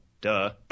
duh